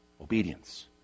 Obedience